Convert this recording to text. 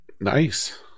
nice